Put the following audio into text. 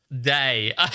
day